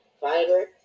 fiber